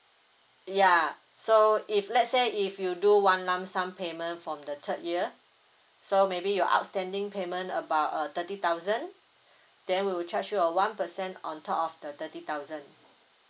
ya so if let's say if you do one lump sum payment from the third year so maybe your outstanding payment about uh thirty thousand then we will charge you a one percent on top of the thirty thousand